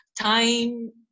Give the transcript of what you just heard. time